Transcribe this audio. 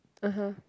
(uh huh)